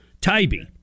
Tybee